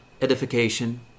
edification